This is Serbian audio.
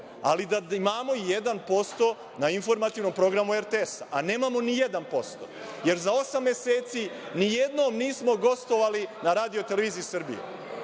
ali, da imamo 1% na informativnom programu RTS-a, a nemamo ni jedan posto. Jer, za osam meseci, ni jednom nismo gostovali na Radio-televiziji Srbije.